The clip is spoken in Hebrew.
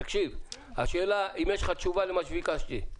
תקשיב, השאלה אם יש לך תשובה למה שביקשתי?